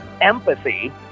empathy